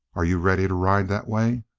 are you ready to ride that way?